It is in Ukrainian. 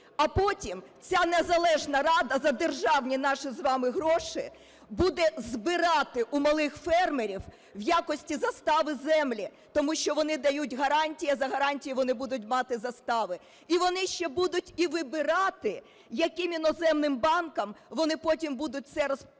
А потім ця незалежна рада за державні наші з вами гроші буде збирати у малих фермерів в якості застави землі, тому що вони дають гарантії, а за гарантії вони будуть мати застави. І вони ще будуть і вибирати, яким іноземним банкам вони потім будуть це розподіляти.